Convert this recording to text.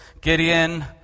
Gideon